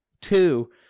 Two